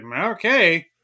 okay